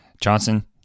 Johnson